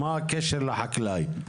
מה הקשר לחקלאי?